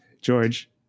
george